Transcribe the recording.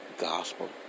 gospel